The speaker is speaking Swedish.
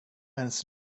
ens